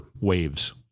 waves